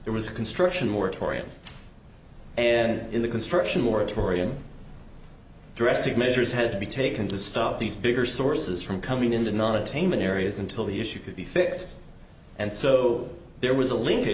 there was a construction work for it and in the construction moratorium drastic measures had to be taken to stop these bigger sources from coming into non ataman areas until the issue could be fixed and so there was a link